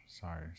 Sorry